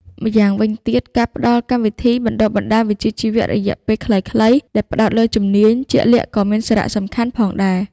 ម្យ៉ាងវិញទៀត ការផ្តល់កម្មវិធីបណ្តុះបណ្តាលវិជ្ជាជីវៈរយៈពេលខ្លីៗដែលផ្តោតលើជំនាញជាក់លាក់ក៏មានសារៈសំខាន់ផងដែរ។